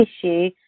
issue